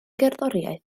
gerddoriaeth